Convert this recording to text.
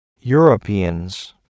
Europeans